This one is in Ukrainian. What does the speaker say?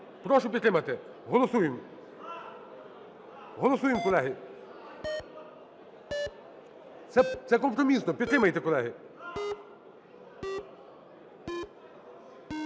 Прошу підтримати. Голосуємо. Голосуємо, колеги. Це компромісно. Підтримайте, колеги.